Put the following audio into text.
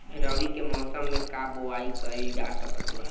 रवि के मौसम में का बोआई कईल जा सकत बा?